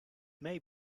may